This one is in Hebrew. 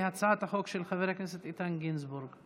להצעת החוק של חבר הכנסת איתן גינזבורג.